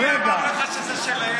ואתה מרמה את האנשים.